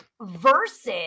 versus